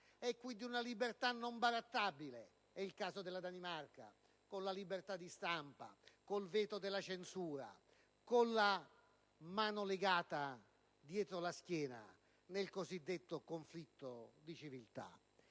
e quindi non barattabile - è il caso della Danimarca - con la libertà di stampa, con il veto della censura, con la mano legata dietro la schiena nel cosiddetto conflitto di civiltà.